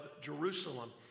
Jerusalem